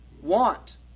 want